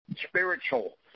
spiritual